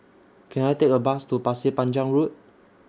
Can I Take A Bus to Pasir Panjang Road